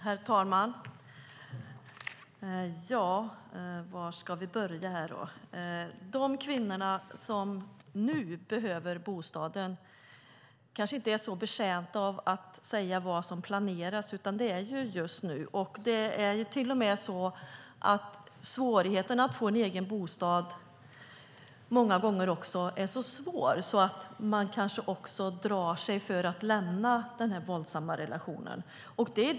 Herr talman! De kvinnor som nu behöver bostad kanske inte är så betjänta av vad som planeras, utan det är just nu som de behöver hjälp. Det är till och med så att svårigheten att få en egen bostad många gånger är så stor att man kanske drar sig för att lämna den våldsamma relation som man är i.